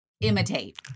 imitate